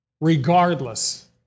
regardless